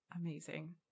Amazing